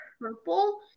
purple